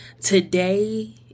today